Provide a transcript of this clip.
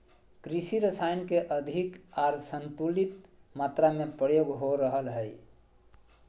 कृषि रसायन के अधिक आर असंतुलित मात्रा में प्रयोग हो रहल हइ